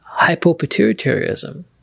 hypopituitarism